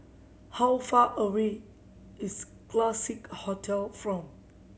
how far away is Classique Hotel from